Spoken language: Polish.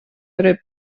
ryb